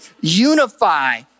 unify